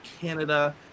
Canada